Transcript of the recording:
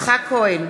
יצחק כהן,